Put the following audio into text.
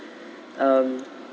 um